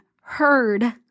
heard